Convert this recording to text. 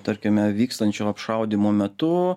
tarkime vykstančių apšaudymo metu